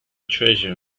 treasure